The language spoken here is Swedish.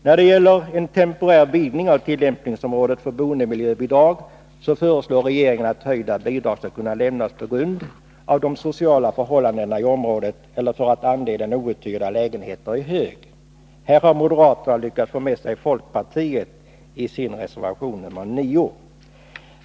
När det gäller en temporär vidgning av tillämpningsområdet för boendemiljöbidrag föreslår regeringen att höjda bidrag skall kunna lämnas på grund av de sociala förhållandena i området eller för att andelen outhyrda lägenheter är hög. Här har moderaterna lyckats få med sig folkpartiet i reservation 9.